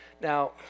Now